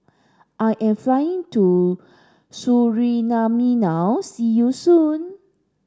I am flying to Suriname now see you soon